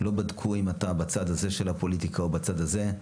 לא בדקו אם אתה בצד הזה של הפוליטיקה או בצד הזה,